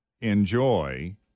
enjoy